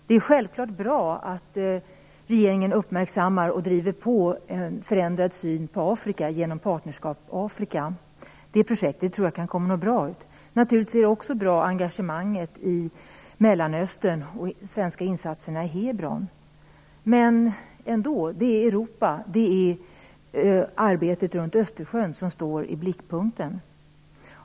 Det är självfallet bra att regeringen uppmärksammar och driver på en förändrad syn på Afrika genom Partnerskap för Afrika. Detta projekt tror jag att det kan komma ut något bra av. Naturligtvis är också engagemanget i Mellanöstern och de svenska insatserna i Hebron bra. Men det är ändå Europa och arbetet med länderna runt Östersjön som står i blickpunkten.